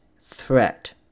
threat